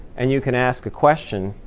and you can ask a question.